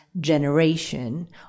generation